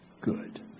good